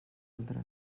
altra